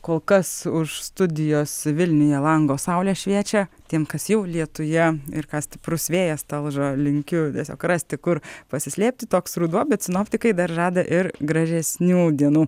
kol kas už studijos vilniuje lango saulė šviečia tiems kas jau lietuje ir ką stiprus vėjas talžo linkiu tiesiog rasti kur pasislėpti toks ruduo bet sinoptikai dar žada ir gražesnių dienų